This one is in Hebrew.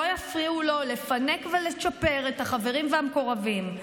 לא יפריעו לו לפנק ולצ'פר את החברים והמקורבים.